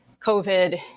COVID